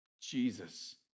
Jesus